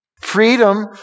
Freedom